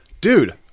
Dude